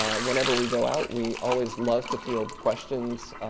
um whenever we go out, we always love to field questions,